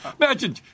Imagine